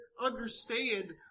understand